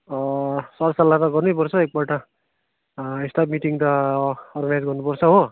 सरसल्लाह त गर्नैपर्छ एकपल्ट स्टाफ मिटिङ त अर्गनाइज गर्नुपर्छ हो